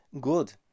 Good